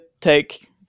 take